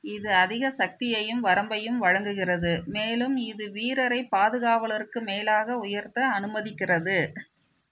இது அதிக சக்தியையும் வரம்பையும் வழங்குகிறது மேலும் இது வீரரை பாதுகாவலருக்கு மேலாக உயர்த்த அனுமதிக்கிறது